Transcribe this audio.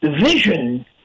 vision